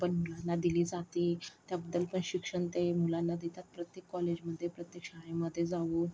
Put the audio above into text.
पण मुलांना दिली जाते त्याबद्दल पण शिक्षण ते मुलांना देतात प्रत्येक कॉलेजमध्ये प्रत्येक शाळेमध्ये जाऊन